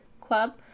club